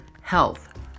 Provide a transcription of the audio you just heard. health